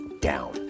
down